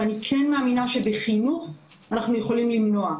אני כן מאמינה שבחינוך אנחנו יכולים למנוע.